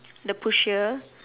the pusher